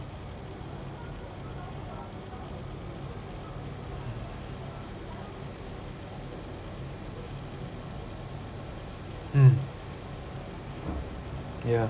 mm ya